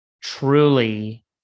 truly